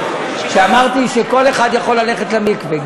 שאמרתי שכל אחד יכול ללכת למקווה,